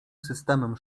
systemem